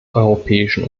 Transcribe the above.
europäischen